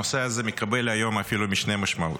הנושא הזה מקבל היום אפילו משנה משמעות.